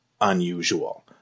unusual